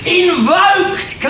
invoked